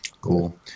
Cool